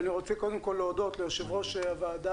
אני רוצה קודם כול להודות ליושב-ראש הוועדה,